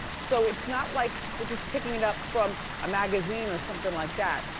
so it's not like we're just picking it up from a magazine or something like that,